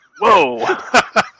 Whoa